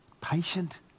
Patient